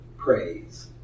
Praise